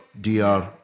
Dr